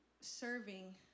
serving